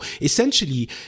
essentially